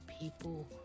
people